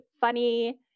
funny